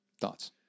Thoughts